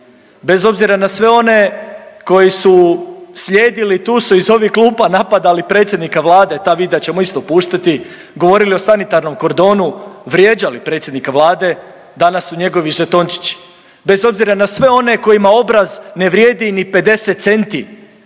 bez obzira na sve one koji su slijedili, tu su iz ovih klupa napadali predsjednika Vlade, ta videa ćemo isto puštati, govorili o sanitarnom kordonu, vrijeđali predsjednika Vlade, danas su njegovi žetončići, bez obzira na sve one kojima obraz ne vrijedi ni 50 centi,